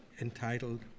entitled